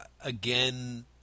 again